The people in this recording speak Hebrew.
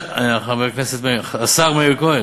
חבר הכנסת מאיר, השר מאיר כהן,